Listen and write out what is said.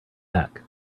back